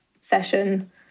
session